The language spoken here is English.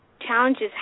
challenges